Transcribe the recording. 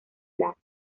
plazo